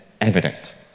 evident